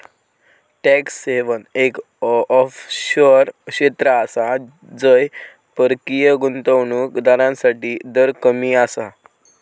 tax haven एक offshore क्षेत्र आसा जय परकीय गुंतवणूक दारांसाठी दर कमी आसा